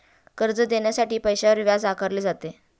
कर्ज देण्यासाठी पैशावर व्याज आकारले जाते